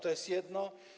To jest jedno.